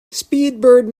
speedbird